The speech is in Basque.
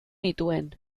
nituen